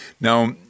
Now